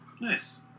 Nice